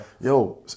yo